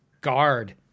guard